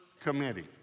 committee